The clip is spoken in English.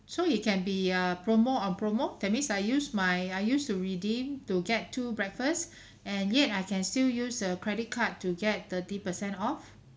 so it can be uh promo~ on promo~ that means I use my I use to redeem to get two breakfast and yet I can still use a credit card to get thirty percent off